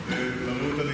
בוקר את הכתובה,